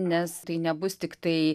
nes tai nebus tiktai